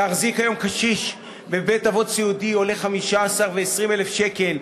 להחזיק היום קשיש בבית-אבות סיעודי עולה 15,000 ו-20,000 שקל.